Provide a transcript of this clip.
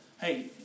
Hey